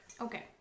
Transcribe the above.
Okay